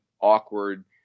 awkward